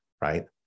right